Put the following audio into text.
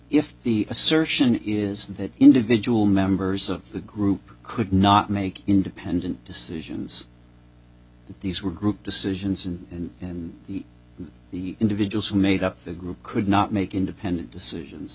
if the assertion is that individual members of the group could not make independent decisions these were group decisions and in the individuals who made up the group could not make independent decisions